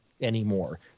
anymore